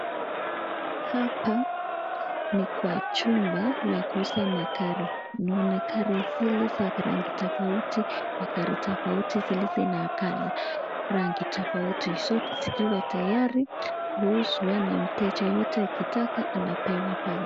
Hapa ni Kwa chumba ya kuuza magari Kuna magari zile za marangi tafauti tafauti na gari tafauti zilizonakala zote sikiwa tayari kuuzwa na mteja wote akitaka anapewa pale.